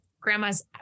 grandma's